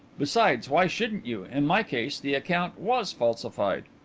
besides, why shouldn't you? in my case the account was falsified.